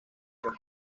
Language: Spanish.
iron